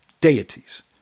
deities